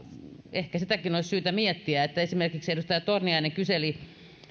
ehkä sitäkin olisi syytä miettiä esimerkiksi edustaja torniainen kyseli